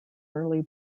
early